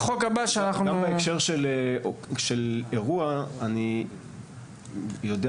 גם בהקשר של אירוע אני יודע,